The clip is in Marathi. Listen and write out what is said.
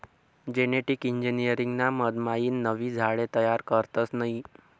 जेनेटिक इंजिनीअरिंग ना मधमाईन नवीन झाडे तयार करतस नयी